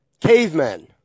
cavemen